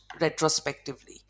retrospectively